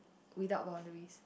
without boundaries